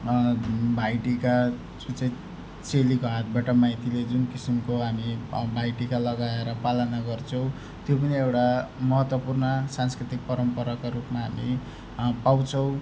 भाइ टिका जुन चाहिँ चेलीको हातबाट माइतीले जुन किसिमको हामी भाइ टिका लगाएर पालना गर्छौँ त्यो पनि एउटा महत्त्वपूर्ण सांस्कृतिक परम्पराको रूपमा हामी पाउँछौँ